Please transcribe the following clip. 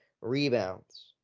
rebounds